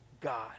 God